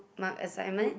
marked assignment